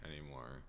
anymore